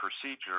procedure